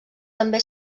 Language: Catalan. també